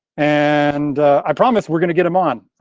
and i promise we're gonna get him on,